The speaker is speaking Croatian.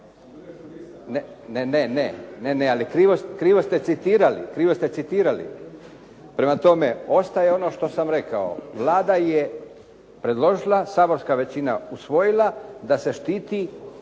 se ne čuje./… Ne, ali krivo ste citirali. Prema tome, ostaje ono što sam rekao. Vlada je predložila, saborska većina usvojila da se štiti